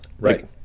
Right